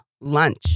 Lunch